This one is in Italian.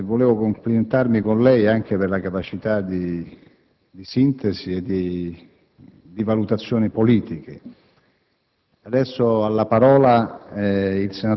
il sottosegretario Scanu e mi complimento con lei anche per la sua capacità di sintesi e di valutazione politica.